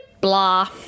Blah